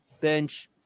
bench